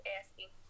asking